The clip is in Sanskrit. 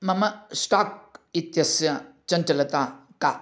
मम् स्टाक् इत्यस्य चञ्चलता का